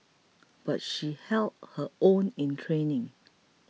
but she held her own in training